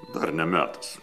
dar ne metas